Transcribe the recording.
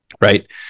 right